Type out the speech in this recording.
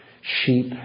sheep